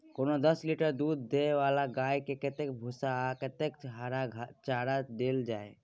कोनो दस लीटर दूध दै वाला गाय के कतेक भूसा आ कतेक हरा चारा देल जाय?